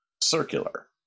circular